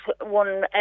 one